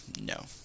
no